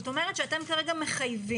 זאת אומרת שאתם כרגע מחייבים